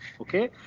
Okay